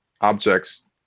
objects